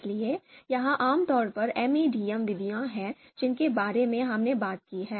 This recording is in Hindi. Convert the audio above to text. इसलिए यह आमतौर पर MADM विधियां हैं जिनके बारे में हमने बात की है